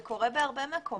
זה קורה בהרבה מקומות.